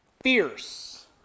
Fierce